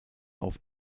auf